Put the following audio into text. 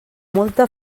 molta